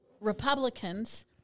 Republicans—